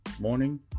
morning